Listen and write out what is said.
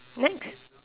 next